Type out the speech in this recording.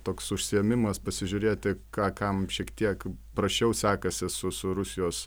toks užsiėmimas pasižiūrėti ką kam šiek tiek prasčiau sekasi su su rusijos